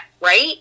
right